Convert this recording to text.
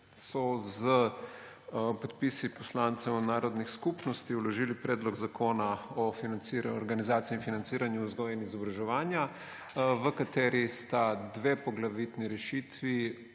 so s podpisi poslancev narodnih skupnosti vložile Predlog zakona o organizaciji in financiranju vzgoje in izobraževanja, v katerem sta dve poglavitni rešitvi.